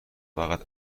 فقط